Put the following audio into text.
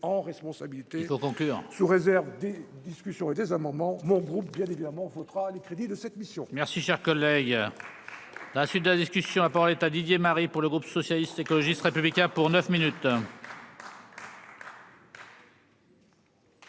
en responsabilité autant que sous réserve des discussions ont été un moment mon groupe bien évidemment votera les crédits de cette mission. Merci, cher collègue. à la suite de la discussion, à part l'État Didier Marie pour le groupe socialiste, écologiste républicains pour 9 minutes.